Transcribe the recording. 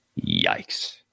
Yikes